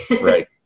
Right